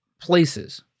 places